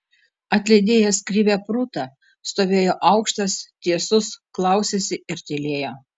atlydėjęs krivę prūtą stovėjo aukštas tiesus klausėsi ir tylėjo